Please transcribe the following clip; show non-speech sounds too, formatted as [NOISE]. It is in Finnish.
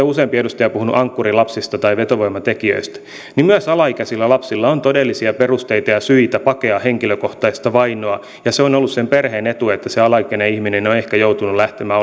[UNINTELLIGIBLE] useampi edustaja on puhunut ankkurilapsista tai vetovoimatekijöistä niin myös alaikäisillä lapsilla on todellisia perusteita ja syitä paeta henkilökohtaista vainoa ja se on ollut sen perheen etu että se alaikäinen ihminen on ehkä joutunut lähtemään [UNINTELLIGIBLE]